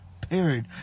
period